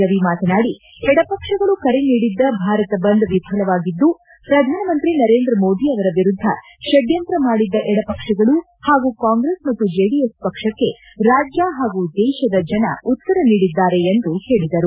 ರವಿ ಮಾತನಾಡಿ ಎಡಪಕ್ಷಗಳು ಕರೆ ನೀಡಿದ್ದ ಭಾರತ ಬಂದ್ ವಿಫಲವಾಗಿದ್ದು ಶ್ರಧಾನಿ ನರೇಂದ್ರ ಮೋದಿ ಅವರ ವಿರುದ್ದ ಪಡ್ಕಂತ್ರ ಮಾಡಿದ್ದ ಎಡ ಪಕ್ಷಗಳು ಹಾಗೂ ಕಾಂಗ್ರೆಸ್ ಮತ್ತು ಜೆಡಿಎಸ್ ಪಕ್ಷಕ್ಕೆ ರಾಜ್ಯ ಹಾಗೂ ದೇಶದ ಜನ ತಕ್ಕ ಉತ್ತರ ನೀಡಿದ್ದಾರೆ ಎಂದು ಹೇಳಿದರು